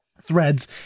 threads